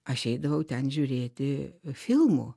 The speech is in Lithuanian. aš eidavau ten žiūrėti filmų